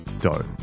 dough